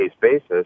basis